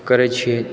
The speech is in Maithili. करै छिए